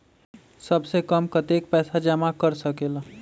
सबसे कम कतेक पैसा जमा कर सकेल?